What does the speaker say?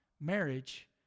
marriage